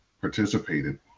participated